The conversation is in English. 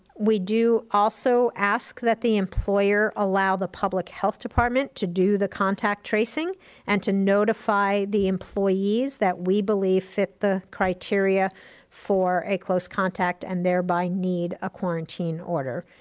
we do also ask that the employer allow the public health department to do the contact tracing and to notify the employees that we believe fit the criteria for a close contact and thereby need a quarantine order,